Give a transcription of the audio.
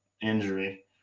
injury